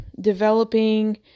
developing